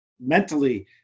mentally